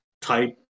type